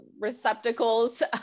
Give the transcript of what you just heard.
receptacles